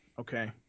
Okay